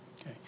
Okay